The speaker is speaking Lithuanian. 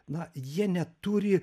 na jie neturi